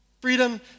freedom